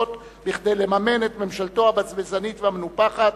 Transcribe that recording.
כדי לממן את ממשלתו הבזבזנית והמנופחת,